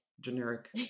generic